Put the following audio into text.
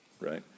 Right